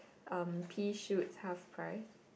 um pea shoots half price